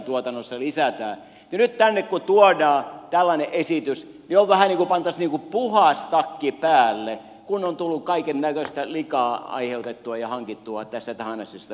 ja nyt tänne kun tuodaan tällainen esitys niin on vähän niin kuin pantaisiin puhdas takki päälle kun on tullut kaikennäköistä likaa aiheutettua ja hankittua näissä toimenpiteissä